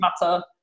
matter